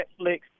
Netflix